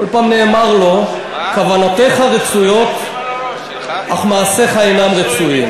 כל פעם נאמר לו: כוונותיך רצויות אך מעשיך אינם רצויים.